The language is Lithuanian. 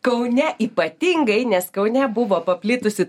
kaune ypatingai nes kaune buvo paplitusi